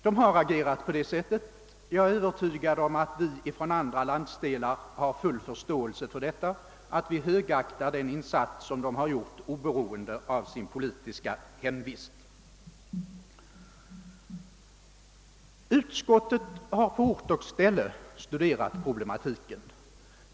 De har agerat på det sättet, och jag är övertygad om att vi från andra landsdelar har full förståelse för detta och högaktar den insats, som de har gjort oberoende av sitt politiska hemvist. Utskottet har på ort och ställe studerat problematiken.